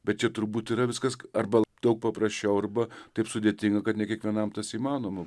bet čia turbūt yra viskas arba daug paprasčiau arba taip sudėtinga kad ne kiekvienam tas įmanoma